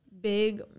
big